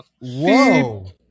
Whoa